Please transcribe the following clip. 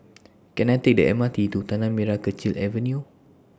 Can I Take The M R T to Tanah Merah Kechil Avenue